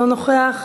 אינו נוכח,